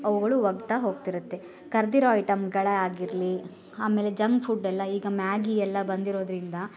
ಅವುಗಳು ಹೋಗ್ತಾ ಹೋಗ್ತಿರತ್ತೆ ಕರ್ದಿರೋ ಐಟಮ್ಗಳೇ ಆಗಿರಲಿ ಆಮೇಲೆ ಜಂಗ್ ಫುಡ್ಡೆಲ್ಲ ಈಗ ಮ್ಯಾಗಿ ಎಲ್ಲ ಬಂದಿರೋದರಿಂದ